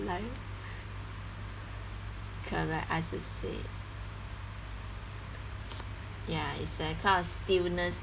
life correct as I say ya it's that kind of stillness